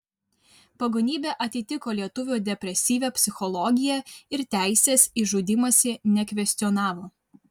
pagonybė atitiko lietuvių depresyvią psichologiją ir teisės į žudymąsi nekvestionavo